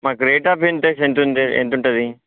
మనకి rate of interest ఎంతుంది ఎంత ఉంటుంది